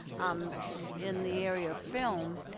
um in the area of film,